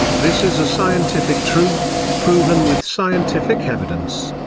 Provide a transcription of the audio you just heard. this is a scientific truth, proven with scientific evidence.